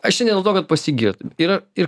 aš čia ne dėl to kad pasigirt ir ir